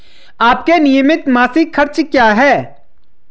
आपके नियमित मासिक खर्च क्या हैं?